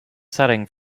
setting